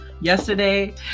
yesterday